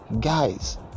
Guys